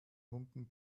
humpen